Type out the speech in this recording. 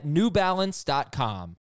NewBalance.com